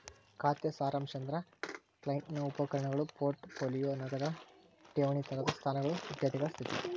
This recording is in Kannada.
ಖಾತೆ ಸಾರಾಂಶ ಅಂದ್ರ ಕ್ಲೈಂಟ್ ನ ಉಪಕರಣಗಳು ಪೋರ್ಟ್ ಪೋಲಿಯೋ ನಗದ ಠೇವಣಿ ತೆರೆದ ಸ್ಥಾನಗಳು ಇತ್ಯಾದಿಗಳ ಸ್ಥಿತಿ